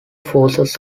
forces